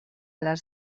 les